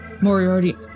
Moriarty